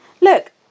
Look